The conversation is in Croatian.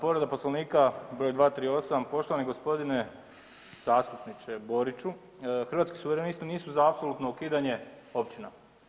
Povreda Poslovnika br. 238., poštovani g. zastupniče Boriću Hrvatsku suverenisti nisu za apsolutno ukidanje općina.